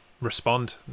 respond